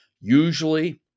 Usually